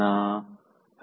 நா ஐ